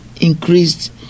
increased